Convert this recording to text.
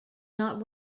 not